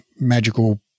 magical